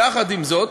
יחד עם זאת,